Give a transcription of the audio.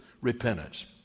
repentance